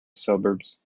suburbs